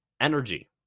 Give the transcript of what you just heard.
energy